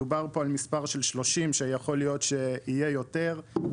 דובר פה על מספר של 30 שיכול להיות שיהיה יותר,